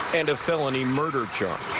and a felony murder charge.